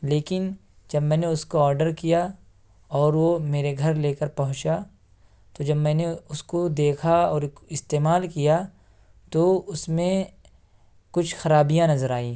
لیکن جب میں نے اس کو آڈر کیا اور وہ میرے گھر لے کر پہنچا تو جب میں نے اس کو دیکھا اور استعمال کیا تو اس میں کچھ خرابیاں نظر آئیں